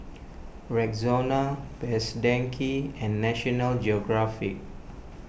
Rexona Best Denki and National Geographic